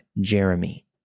Jeremy